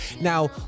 now